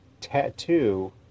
tattoo